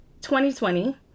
2020